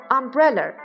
umbrella